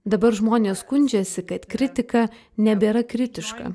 dabar žmonės skundžiasi kad kritika nebėra kritiška